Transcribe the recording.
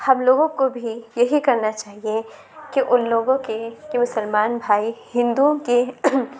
ہم لوگوں کو بھی یہی کرنا چاہیے کہ ان لوگوں کے کہ مسلمان بھائی ہندوؤں کے